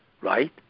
right